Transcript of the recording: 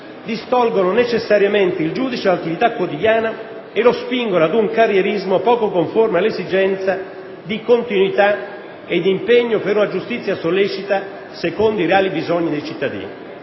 distolgono necessariamente il giudice dall'attività quotidiana e lo spingono ad un carrierismo poco conforme all'esigenza di continuità e di impegno per una giustizia sollecita secondo i reali bisogni dei cittadini.